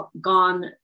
gone